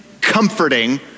comforting